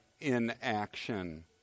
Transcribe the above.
inaction